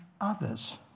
others